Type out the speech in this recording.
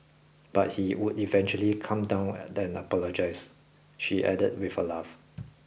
but he would eventually calm down and then apologise she added with a laugh